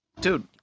Dude